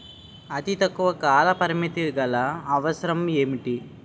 అతి తక్కువ కాల పరిమితి గల అవసరం ఏంటి